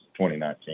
2019